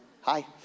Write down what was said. hi